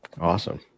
Awesome